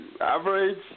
Average